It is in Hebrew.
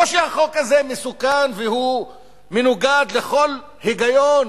לא שהחוק מסוכן ומנוגד לכל היגיון